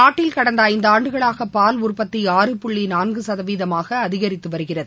நாட்டில் கடந்தஐந்தாண்டுகளாகபால் உற்பத்தி ஆறு புள்ளிநான்குசதவீதமாகஅதிகரித்துவருகிறது